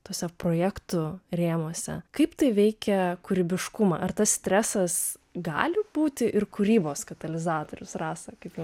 tuose projektų rėmuose kaip tai veikia kūrybiškumą ar tas stresas gali būti ir kūrybos katalizatorius rasa kaip jum